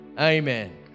amen